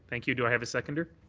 thank you, do i have a seconder?